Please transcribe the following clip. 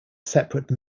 separate